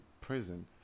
prison